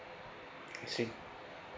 I see